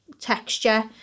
texture